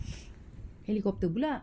helicopter pula